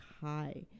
high